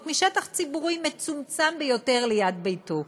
משטח ציבורי מצומצם ביותר ליד ביתו.